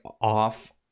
off